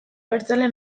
abertzale